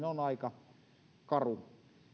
on aika karu